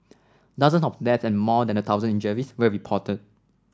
dozen of death and more than a thousand injuries were reported